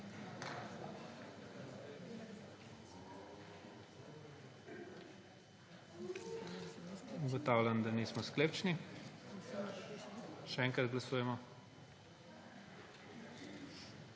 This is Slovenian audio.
Ugotavljam, da nismo sklepčni. Še enkrat glasujemo.